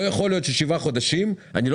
לא יכול להיות ששבעה חודשים אני לא